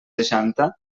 seixanta